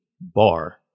bar